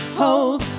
hold